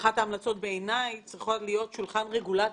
אחת ההמלצות צריכה להיות שולחן רגולטורים.